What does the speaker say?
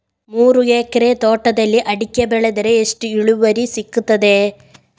ಮೂರು ಎಕರೆ ತೋಟದಲ್ಲಿ ಅಡಿಕೆ ಬೆಳೆದರೆ ಎಷ್ಟು ಇಳುವರಿ ಸಿಗುತ್ತದೆ?